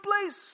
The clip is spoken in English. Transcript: place